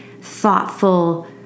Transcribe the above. thoughtful